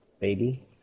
baby